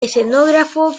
escenógrafo